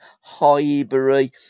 Highbury